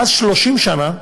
ואז 30 שנה,